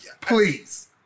please